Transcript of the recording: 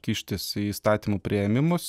kištis į įstatymų priėmimus